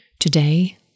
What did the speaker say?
Today